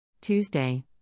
Tuesday